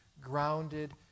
grounded